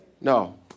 no